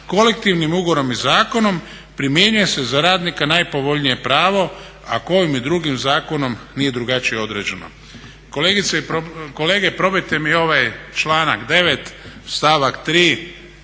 kolektivnim ugovorom i zakonom primjenjuje se za radnika najpovoljnije pravo ako ovim i drugim zakonom nije drugačije određeno. Kolegice i kolege probajte mi ovaj članak 9. stavak 3.